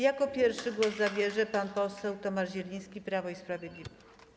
Jako pierwszy głos zabierze pan poseł Tomasz Zieliński, Prawo i Sprawiedliwość.